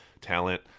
talent